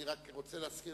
אני רק רוצה להזכיר